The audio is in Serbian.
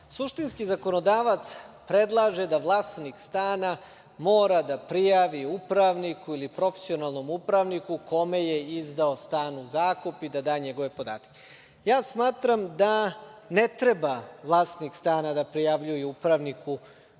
Suštinski zakonodavac predlaže da vlasnik stana mora da prijavi upravniku ili profesionalnom upravniku kome je izdao stan u zakup i da da njegove podatke. Smatram da ne treba vlasnik stana da prijavljuje upravniku